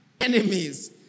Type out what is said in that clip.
enemies